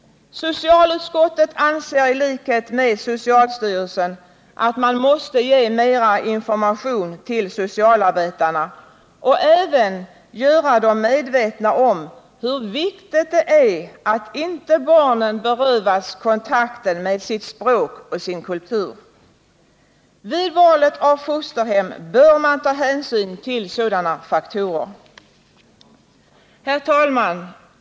Socialutskottet anser i likhet med socialstyrelsen att man måste ge mera information till socialarbetarna och även göra dem medvetna om hur viktigt det är att barnen inte berövas kontakten med sitt språk och sin kultur. Vid valet av fosterhem bör man ta hänsyn till sådana faktorer. Herr talman!